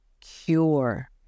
cure